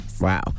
Wow